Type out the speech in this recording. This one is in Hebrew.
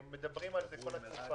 מדברים על זה כל התקופה,